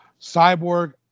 Cyborg